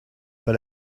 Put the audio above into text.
per